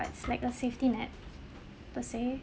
it's like a safety net per se